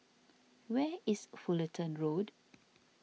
where is Fullerton Road